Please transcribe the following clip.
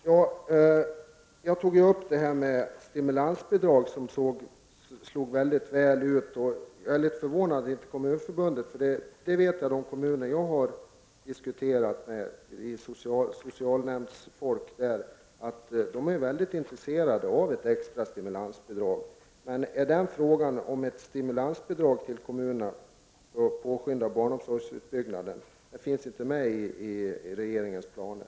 Herr talman! Jag tog upp de tidigare stimulansbidragen, som slog mycket väl ut. Jag är litet förvånad över att Kommunförbundet inte ville ha stimulansbidrag. I de kommuner där jag har diskuterat med folk i socialnämnden är man mycket intresserad av ett extra stimulansbidrag. Finns frågan om ett stimulansbidrag till kommunerna för att påskynda barnomsorgsutbyggnaden med i regeringens planer?